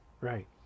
Right